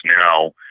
now